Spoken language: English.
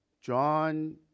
John